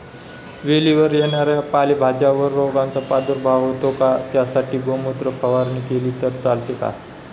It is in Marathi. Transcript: वेलीवर येणाऱ्या पालेभाज्यांवर रोगाचा प्रादुर्भाव होतो का? त्यासाठी गोमूत्र फवारणी केली तर चालते का?